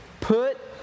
Put